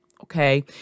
okay